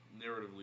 narratively